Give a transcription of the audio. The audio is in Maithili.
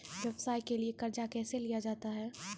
व्यवसाय के लिए कर्जा कैसे लिया जाता हैं?